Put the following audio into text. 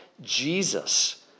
Jesus